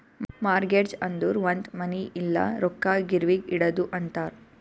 mortgage ಅಂದುರ್ ಒಂದ್ ಮನಿ ಇಲ್ಲ ರೊಕ್ಕಾ ಗಿರ್ವಿಗ್ ಇಡದು ಅಂತಾರ್